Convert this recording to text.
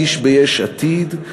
איש ביש עתיד,